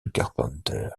carpenter